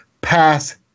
pass